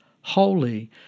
holy